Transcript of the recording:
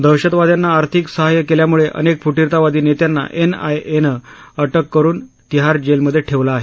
दहशतवाद्यांना आर्थिक सहाय्य केल्यामुळे अनेक फुटिरतावादी नेत्याना एन आय ए नं अटक करुन तिहार जेलमधे ठेवलं आहे